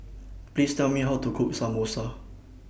Please Tell Me How to Cook Samosa